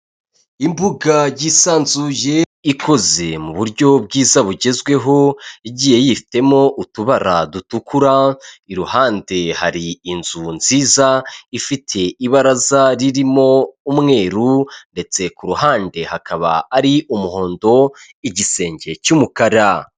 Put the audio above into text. Imbuga y'isanzuye ikoze mu buryo bwiza bugezweho, igiye yifitemo utubara dutukura iruhande hari inzu nziza ifite ibaraza ririmo umweru, ndetse ku ruhande hakaba ari umuhondo igisenge cy'umukara.